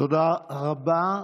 תודה רבה.